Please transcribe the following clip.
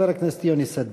חבר הכנסת יוני שטבון.